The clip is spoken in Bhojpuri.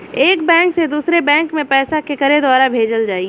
एक बैंक से दूसरे बैंक मे पैसा केकरे द्वारा भेजल जाई?